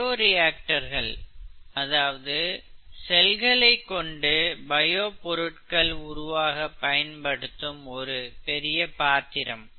பயோரியாக்டர்கள் அதாவது செல்களைக் கொண்டு பயோ பொருட்கள் உருவாக்க பயன்படுத்தப்படும் ஒரு பெரிய பாத்திரம்